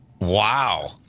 Wow